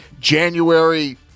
january